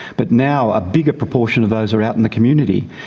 but now a bigger proportion of those are out in the community,